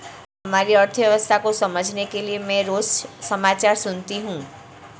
हमारी अर्थव्यवस्था को समझने के लिए मैं रोज समाचार सुनती हूँ